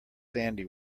sandy